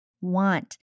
want